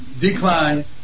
decline